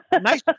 Nice